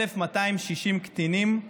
1,260 קטינים,